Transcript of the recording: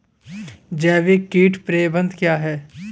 जैविक कीट प्रबंधन क्या है?